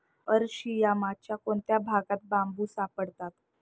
अरशियामाच्या कोणत्या भागात बांबू सापडतात?